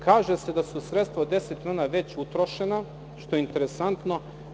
Kaže se da su sredstva od 10 miliona već utrošena, što je interesantno.